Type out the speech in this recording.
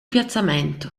piazzamento